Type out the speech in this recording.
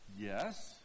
Yes